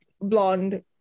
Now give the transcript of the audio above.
blonde